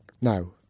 Now